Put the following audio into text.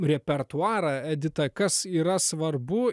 repertuarą edita kas yra svarbu